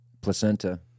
Placenta